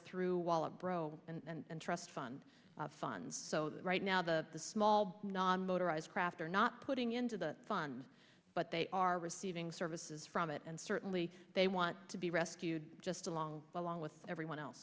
through wall abro and trust fund funds so that right now the the small non motorized craft are not putting into the fund but they are receiving services from it and certainly they want to be rescued just along along with everyone else